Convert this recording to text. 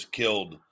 killed